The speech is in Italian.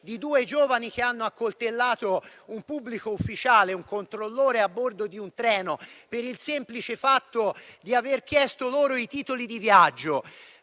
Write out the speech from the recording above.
di due giovani che hanno accoltellato un pubblico ufficiale, un controllore a bordo di un treno, per il semplice fatto di aver chiesto loro i titoli di viaggio.